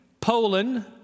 Poland